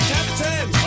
Captain